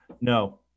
No